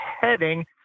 heading